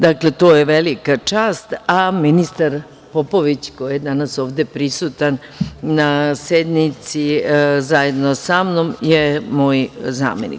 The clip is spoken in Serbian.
Dakle, to je velika čast, a ministar Popović koji je danas ovde prisutan na sednici zajedno sa mnom je moj zamenik.